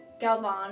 Galvan